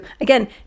again